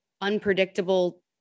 unpredictable